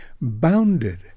bounded